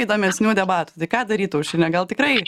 įdomesnių debatų tai ką daryt aušrine gal tikrai